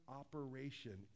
operation